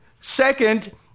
second